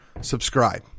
Subscribe